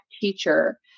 teacher